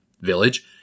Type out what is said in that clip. village